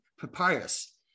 papyrus